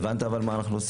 אתה הבנת את הדברים.